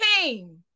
came